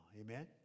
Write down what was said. Amen